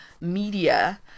media